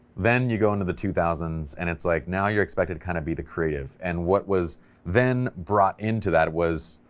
then you go into the two thousand s, and it's like now you're expected to kind of be the creative, and what was then brought into that was,